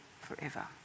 forever